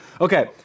Okay